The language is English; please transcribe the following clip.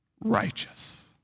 righteous